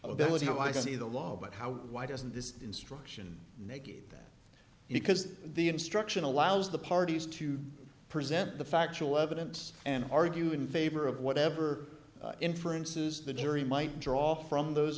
ability no i see the law but how why doesn't this instruction make it because the instruction allows the parties to present the factual evidence and argue in favor of whatever inferences the jury might draw from those